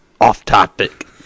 off-topic